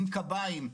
עם קביים,